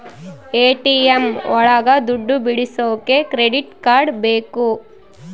ATM ಒಳಗ ದುಡ್ಡು ಬಿಡಿಸೋಕೆ ಕ್ರೆಡಿಟ್ ಕಾರ್ಡ್ ಬೇಕು